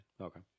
Okay